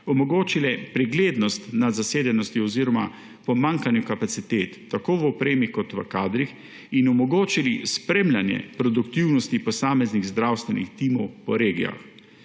omogočili preglednost nad zasedenostjo oziroma pomanjkanjem kapacitet tako v opremi kot v kadrih in omogočili spremljanje produktivnosti posameznih zdravstvenih timov po regijah.